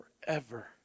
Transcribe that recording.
forever